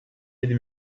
yedi